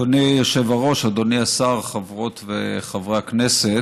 אדוני היושב-ראש, אדוני השר, חברות וחברי הכנסת,